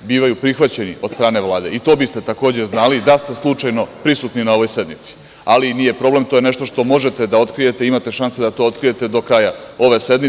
bivaju prihvaćeni od strane Vlade i to biste takođe znali da ste slučajno prisutni na ovoj sednici, ali nije problem, to je nešto što možete da otkrijete, imate šanse da to otkrijete do kraja ove sednice.